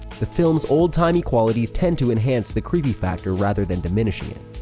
the film's old-timey qualities tend to enhance the creepy factor rather than diminishing it.